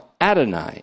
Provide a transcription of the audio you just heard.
Adonai